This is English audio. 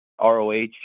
ROH